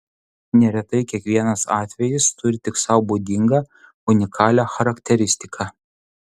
neretai kiekvienas atvejis turi tik sau būdingą unikalią charakteristiką